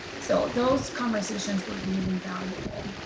so those conversations were really valuable.